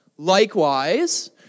Likewise